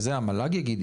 ואת זה המל"ג יגיד,